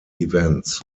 events